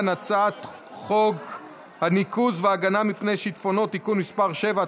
הצעת חוק הניקוז וההגנה מפני שיטפונות (תיקון מס' 7),